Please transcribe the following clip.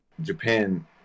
Japan